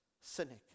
cynic